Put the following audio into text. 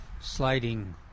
sliding